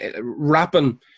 rapping